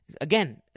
again